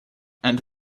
and